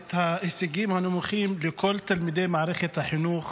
ואת ההישגים הנמוכים של כל תלמידי מערכת החינוך